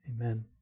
Amen